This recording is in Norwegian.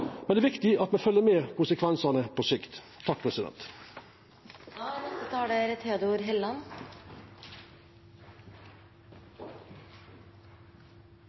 Men det er viktig at vi følgjer med på konsekvensane på sikt.